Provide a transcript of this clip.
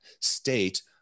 state